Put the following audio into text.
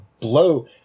blow